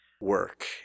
work